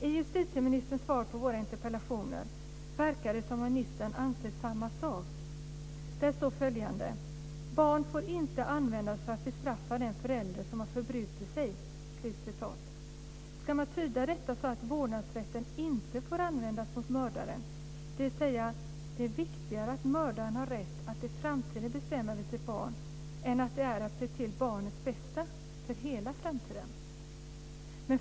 I justitieministerns svar på våra interpellation verkar det som om ministern anser samma sak. Där står följande: "Barnet får inte användas för att bestraffa den förälder som har förbrutit sig." Ska man tyda detta så att vårdnadsrätten inte får användas mot mördare, dvs. att det är viktigare att mördaren har rätt att i framtiden bestämma över sitt barn än vad det är att se till barnets bästa för hela framtiden?